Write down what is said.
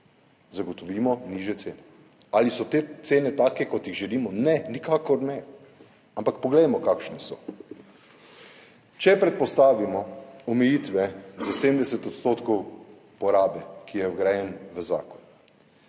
zagotovimo nižje cene. Ali so te cene take, kot jih želimo? Ne, nikakor ne, ampak poglejmo, kakšne so. Če predpostavimo omejitve za 70 odstotkov porabe, ki so vgrajene v zakon,